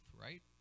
right